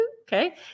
Okay